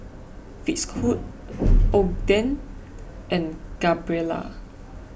Fitzhugh Ogden and Gabriela